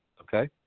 Okay